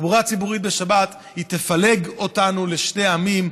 תחבורה ציבורית בשבת תפלג אותנו לשני עמים.